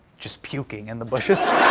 just puking in the bushes.